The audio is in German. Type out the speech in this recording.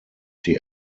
die